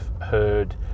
heard